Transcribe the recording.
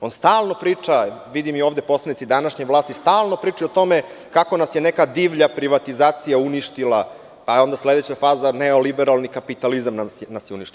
On stalno priča vidim i ovde poslanici današnje vlasti stalno pričaju o tome kako nas je neka divlja privatizacija uništila, a onda sledeća faza neoliberalni kapitalizam nas je uništio.